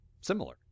similar